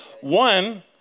One